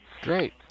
Great